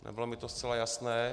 Nebylo mi to zcela jasné.